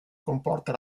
comporta